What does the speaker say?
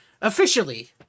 officially